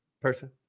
person